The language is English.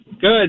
Good